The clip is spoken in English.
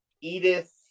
Edith